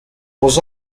was